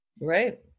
Right